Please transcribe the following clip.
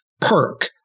perk